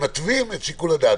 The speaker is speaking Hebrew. הם מתווים את שיקול הדעת,